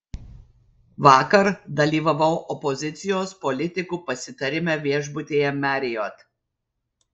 vakar dalyvavau opozicijos politikų pasitarime viešbutyje marriott